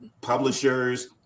publishers